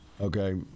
Okay